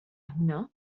هنا